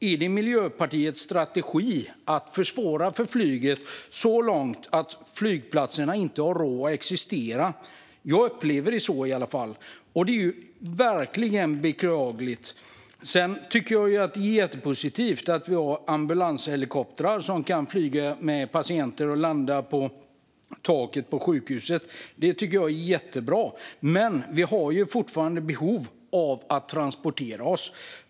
Är det Miljöpartiets strategi att försvåra för flyget så långt att flygplatserna inte har råd att existera? Jag upplever det i alla fall så. Det är verkligen beklagligt. Jag tycker att det är jättepositivt och bra att vi har ambulanshelikoptrar som kan flyga patienter och landa på taket på sjukhusen. Men vi har fortfarande behov av att transportera oss.